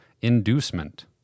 inducement